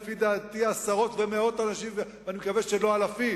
עשרות ומאות אנשים, ואני מקווה שלא אלפים.